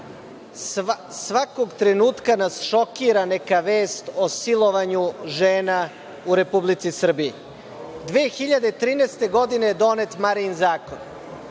svakog trenutka nas šokira neka vest o silovanju žena u Republici Srbiji. Godine 2013. je donet Marijin zakon.